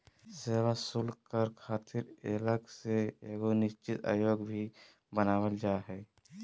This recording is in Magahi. सेवा शुल्क कर खातिर अलग से एगो निश्चित आयोग भी बनावल जा हय